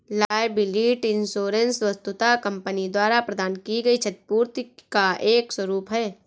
liability insurance वस्तुतः company द्वारा प्रदान की गई क्षतिपूर्ति का एक स्वरूप है